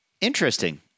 Interesting